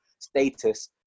status